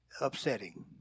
upsetting